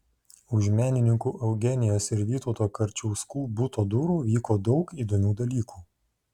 už menininkų eugenijos ir vytauto karčiauskų buto durų vyko daug įdomių dalykų